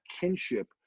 kinship